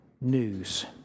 news